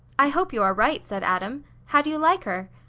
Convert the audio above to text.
i hope you are right, said adam. how do you like her?